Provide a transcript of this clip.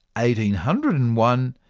eight eight hundred and one,